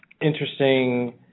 interesting